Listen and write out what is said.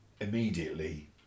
immediately